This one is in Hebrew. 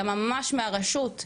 אלא ממש מהרשות,